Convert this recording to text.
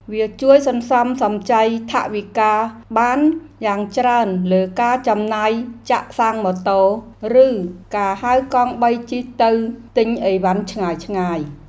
វាជួយសន្សំសំចៃថវិកាបានយ៉ាងច្រើនលើការចំណាយចាក់សាំងម៉ូតូ ឬការហៅកង់បីជិះទៅទិញអីវ៉ាន់ឆ្ងាយៗ។